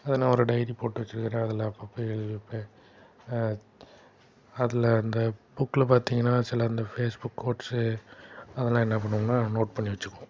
அதை நான் ஒரு டைரி போட்டு வச்சிருக்கறேன் அதில் அப்பப்போ எழுதி வைப்பேன் அதில் அந்த புக்கில் பார்த்தீங்கன்னா சில அந்த ஃபேஸ்புக் கோட்ஸு அதெல்லாம் என்ன பண்ணுவேன்னால் நோட் பண்ணி வச்சுக்குவோம்